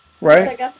Right